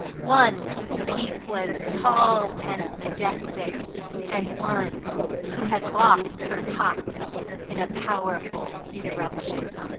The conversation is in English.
one whose peak was tall and majestic and one who had lost her top in a powerful eruption.